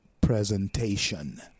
presentation